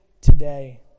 today